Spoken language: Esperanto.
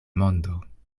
mondo